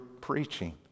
preaching